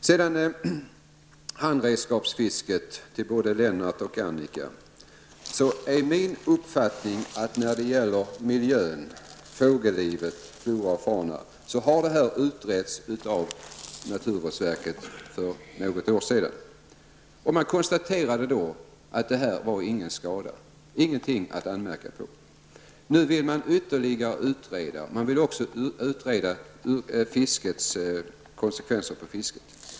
Både Lennart Brunander och Annika Åhnberg tog upp handredskapsfisket. Min uppfattning är att när det gäller miljö, fågellivet, flora och fauna har detta utretts av naturvårdsverket för några år sedan. Man konstaterade då att det inte ledde till någon skada och att det inte fanns något att anmärka på. Nu vill man utreda ytterligare. Man vill också utreda konsekvenserna för fisket.